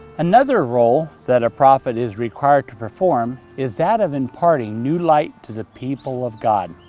another roll that a prophet is required to perform is that of imparting new light to the people of god.